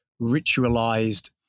ritualized